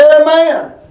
Amen